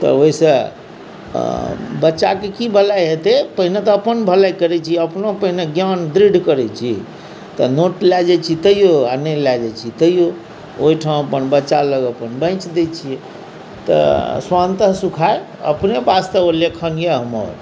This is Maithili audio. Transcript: तऽ ओहिसँ बच्चाके की भलाइ हेतै पहिने तऽ अपन भलाइ करैत छी अपनो पहिने ज्ञान ढृढ़ करैत छी तऽ नोट लए जाइत छी तैओ आ नहि लए जाइत छी तैओ ओहिठाम अपन बच्चा लग अपन बाँटि दैत छियै तऽ श्वान्तः सुखाय अपने वास्ते ओ लेखन यए हमर